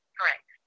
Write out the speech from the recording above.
Correct